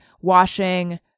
washing